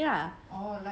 the company lah